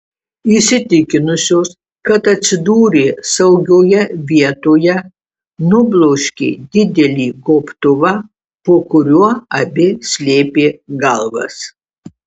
įsitikinusios kad atsidūrė saugioje vietoje nubloškė didelį gobtuvą po kuriuo abi slėpė galvas